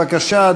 בבקשה,